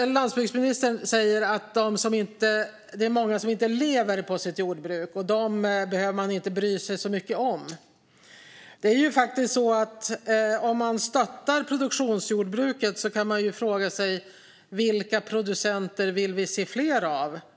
Landsbygdsministern säger att det är många som inte lever på sitt jordbruk och att man inte behöver bry sig så mycket om dem. Om man stöttar produktionsjordbruket kan man fråga sig vilka producenter det är vi vill se fler av.